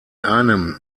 einem